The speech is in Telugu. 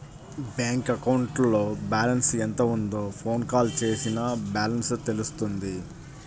బ్యాంక్ అకౌంట్లో బ్యాలెన్స్ ఎంత ఉందో ఫోన్ కాల్ చేసినా బ్యాలెన్స్ తెలుస్తుంది